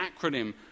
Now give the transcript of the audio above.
acronym